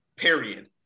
period